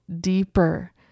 deeper